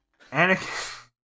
Anakin